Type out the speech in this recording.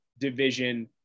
division